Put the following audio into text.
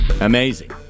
Amazing